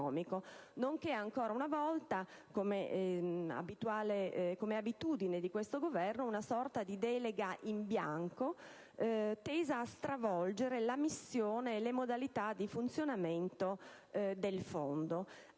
nonché ancora una volta, com'è abitudine di questo Governo, una sorta di delega in bianco, tesa a stravolgere la missione e le modalità di funzionamento del Fondo.